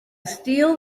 steel